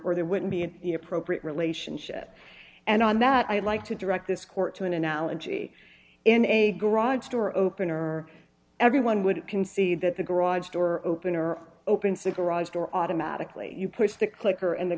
or there wouldn't be an appropriate relationship and on that i would like to direct this court to an analogy in a garage door opener everyone would concede that the garage door opener opens the garage door automatically puts the clicker in the